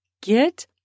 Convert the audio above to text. get